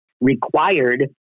required